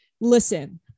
listen